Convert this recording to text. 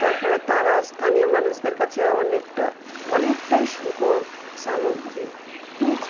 তাপরে তারা স্থানীয় মানুষদের কাছে অনেকটা অনেকটাই সুগম সামজ্ঞী